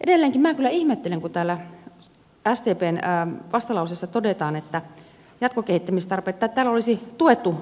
edelleenkin minä kyllä ihmettelen kun täällä sdpn vastalauseessa todetaan että täällä olisi tuettu